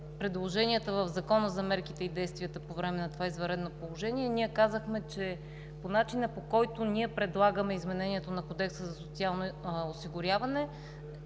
предложенията в Закона за мерките и действията по време на това извънредно положение, ние казахме, че по начина, по който ние предлагаме изменението на Кодекса за социално осигуряване,